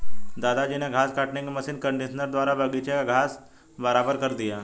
दादाजी ने घास काटने की मशीन कंडीशनर द्वारा बगीची का घास बराबर कर दिया